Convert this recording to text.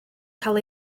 cael